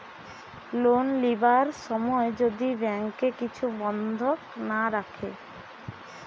loan লিবার সময় যদি ব্যাংকে কিছু বন্ধক না রাখে